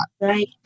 Right